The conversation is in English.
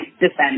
defend